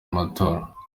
matora